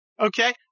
Okay